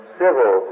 civil